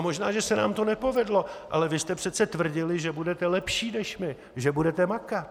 Možná se nám to nepovedlo, ale vy jste přece tvrdili, že budete lepší než my, že budete makat.